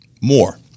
more